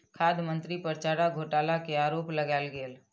खाद्य मंत्री पर चारा घोटाला के आरोप लगायल गेल